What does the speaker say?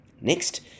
Next